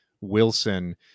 Wilson